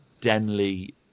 denley